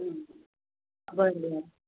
बरं बरं